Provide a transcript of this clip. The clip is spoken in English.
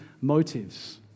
motives